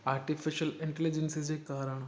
artificial intelligence जे कारणु